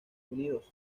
unidos